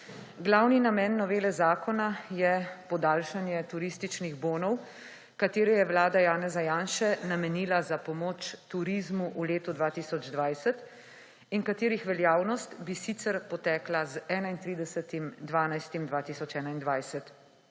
Glavni namen novele zakona je podaljšanje turističnih bonov, ki jih je vlada Janeza Janše namenila za pomoč turizmu v letu 2020 in katerih veljavnost bi sicer potekla z 31. 12. 2021.